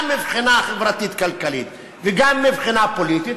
גם מבחינה חברתית-כלכלית וגם מבחינה פוליטית,